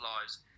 lives